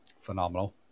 phenomenal